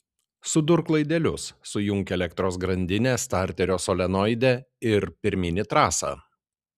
sudurk laidelius sujunk elektros grandinę starterio solenoide ir pirmyn į trasą